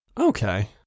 Okay